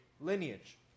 lineage